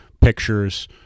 pictures